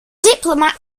diplomat